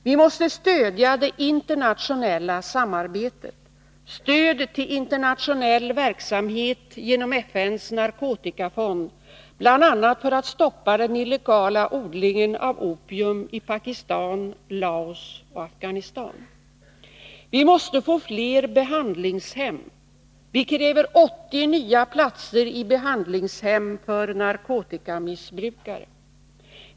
Vi måste stödja det internationella samarbetet Vi måste få fler behandlingshem Vi kräver 80 nya platser i behandlingshem för narkotikamissbrukare.